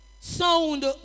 Sound